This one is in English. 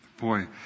boy